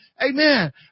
Amen